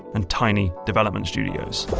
and tiny development studios.